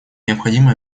необходимо